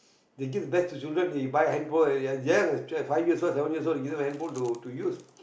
they give best to children they buy handphone and young they are still five years old seven years old you give them handphone to use